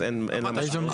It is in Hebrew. אז אין לה משמעות.